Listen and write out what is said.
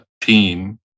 team